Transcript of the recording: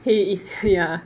黑衣 ya